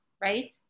right